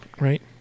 right